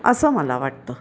असं मला वाटतं